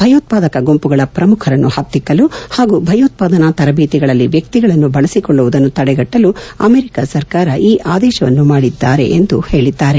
ಭಯೋತ್ಪಾದಕ ಗುಂಪುಗಳ ಪ್ರಮುಖರನ್ನು ಹತ್ತಿಕ್ಕಲು ಹಾಗೂ ಭಯೋತ್ಪಾದನಾ ತರಬೇತಿಗಳಲ್ಲಿ ವ್ಯಕ್ತಿಗಳನ್ನು ಬಳಸಿಕೊಳ್ಳುವುದನ್ನು ತೆಡೆಗಟ್ಟಲು ಅಮೆರಿಕ ಸರ್ಕಾರ ಈ ಆದೇಶವನ್ನು ಮಾಡಿದ್ದಾರೆ ಎಂದು ಹೇಳಿದ್ದಾರೆ